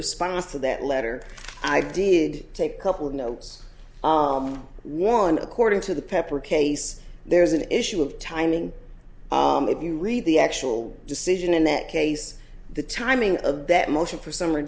response to that letter i did take a couple of notes one according to the pepper case there's an issue of timing if you read the actual decision in that case the timing of that motion for summ